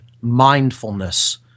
mindfulness